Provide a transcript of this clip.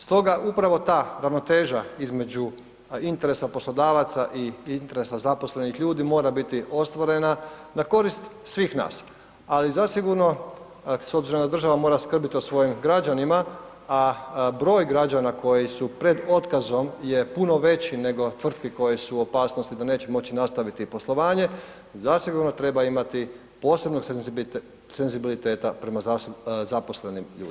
Stoga upravo ta ravnoteža između interesa poslodavaca i interesa zaposlenih ljudi mora biti ostvarena na korist svih nas ali zasigurno s obzirom da država mora skrbiti o svojim građanima, a broj građana koji su pred otkazom je puno veći nego tvrtki koje su u opasnosti da neće moći nastaviti poslovanje, zasigurno treba imati posebnog senzibiliteta prema zaposlenim ljudima.